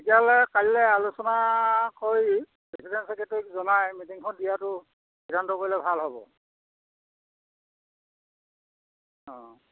তেতিয়াহ'লে কাইলৈ আলোচনা কৰি প্ৰেচিডেন্ট চেক্ৰেটৰীক জনাই মিটিংখন দিয়াটো সিদ্ধান্ত কৰিলে ভাল হ'ব অঁ